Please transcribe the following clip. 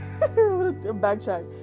backtrack